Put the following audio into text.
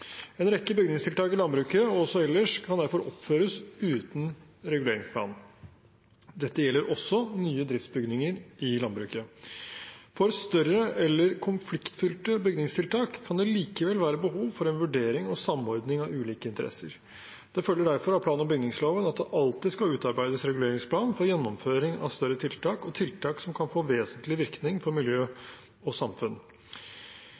En rekke bygningstiltak i landbruket og også ellers kan derfor oppføres uten reguleringsplan. Dette gjelder også nye driftsbygninger i landbruket. For større eller konfliktfylte bygningstiltak kan det likevel være behov for en vurdering og samordning av ulike interesser. Det følger derfor av plan- og bygningsloven at det alltid skal utarbeides reguleringsplan ved gjennomføring av større tiltak og tiltak som kan få vesentlig virkning for